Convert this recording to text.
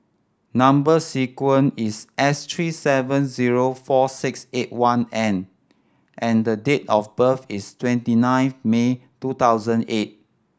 number sequence is S three seven zero four six eight one N and the date of birth is twenty nine May two thousand eight